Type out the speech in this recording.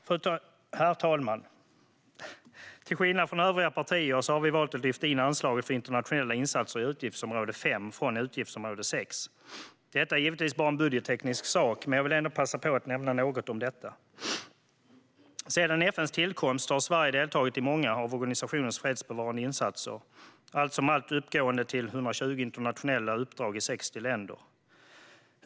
Herr talman! Till skillnad från övriga partier har vi valt att lyfta in anslaget för internationella insatser i utgiftsområde 5 från utgiftsområde 6. Detta är givetvis bara en budgetteknisk sak, men jag vill ändå passa på att nämna något om detta. Sedan FN:s tillkomst har Sverige deltagit i många av organisationens fredsbevarande insatser, allt som allt uppgående till 120 internationella uppdrag i 60 länder.